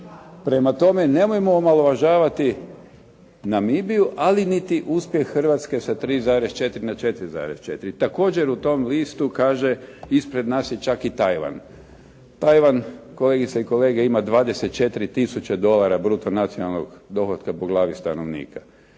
Prema tome nemojmo omalovažavati Namibiju, ali niti uspjeh Hrvatske sa 3,4 na 4,4. Također u tom listu kaže ispred nas je čak i Tajvan. Tajvan kolegice i kolege ima 24 tisuće dolara bruto nacionalnog dohotka po glavi stanovnika,